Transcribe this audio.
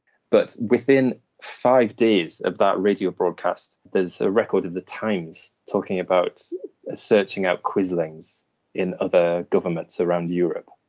but within five days of that radio broadcast, there's a record of the times talking about searching out quislings in other governments around europe.